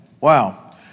Wow